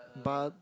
but